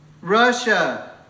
Russia